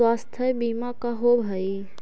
स्वास्थ्य बीमा का होव हइ?